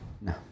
No